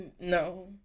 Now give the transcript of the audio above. no